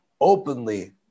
openly